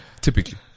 typically